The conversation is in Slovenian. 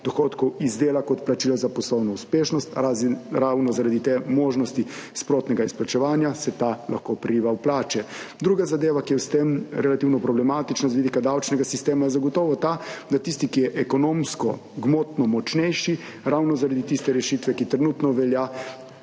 dohodkov iz dela kot plačila za poslovno uspešnost. Ravno zaradi te možnosti sprotnega izplačevanja se ta lahko priliva v plače. Druga zadeva, ki je s tem relativno problematična z vidika davčnega sistema, je zagotovo ta, da tisti, ki je ekonomsko gmotno močnejši, ravno zaradi tiste rešitve, ki trenutno velja,